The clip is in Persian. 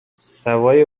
سوای